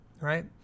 right